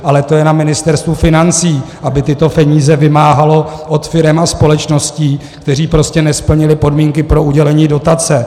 Ale to je na Ministerstvu financí, aby tyto peníze vymáhalo od firem a společností, které prostě nesplnily podmínky pro udělení dotace.